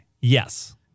Yes